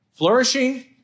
Flourishing